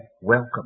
welcome